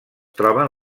troben